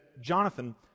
Jonathan